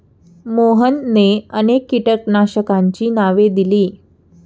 मोहनने अनेक कीटकनाशकांची नावे दिली